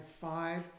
five